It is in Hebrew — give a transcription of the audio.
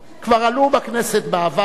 כבר עלו בכנסת בעבר,